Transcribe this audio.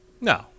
No